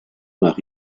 nach